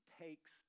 takes